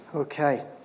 Okay